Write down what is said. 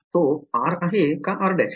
तो r आहे का r'